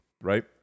Right